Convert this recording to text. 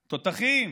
תותחים,